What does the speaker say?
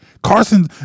Carson